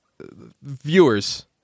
viewers